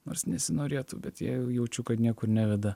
nors nesinorėtų bet jei jau jaučiu kad niekur neveda